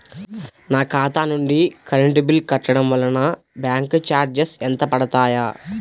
నా ఖాతా నుండి కరెంట్ బిల్ కట్టడం వలన బ్యాంకు చార్జెస్ ఎంత పడతాయా?